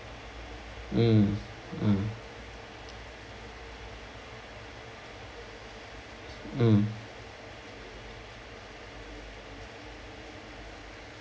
mm mm mm